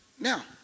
now